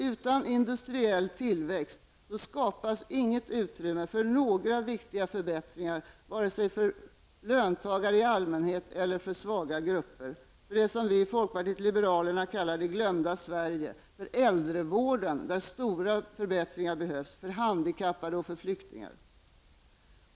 Utan industriell tillväxt skapas inget utrymme för viktiga förbättringar vare sig för löntagare i allmänhet eller för de svaga grupper som ingår i det som vi i folkpartiet liberalerna brukar kalla för det glömda Sverige; det är äldre -- stora förbättringar behövs i äldrevården --, handikappade och flyktingar.